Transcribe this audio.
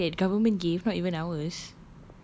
ya money that government give not even ours